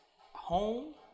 home